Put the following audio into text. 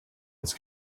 its